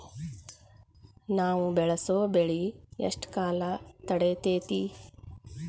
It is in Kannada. ನಾವು ಬೆಳಸೋ ಬೆಳಿ ಎಷ್ಟು ಕಾಲ ತಡೇತೇತಿ?